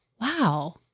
wow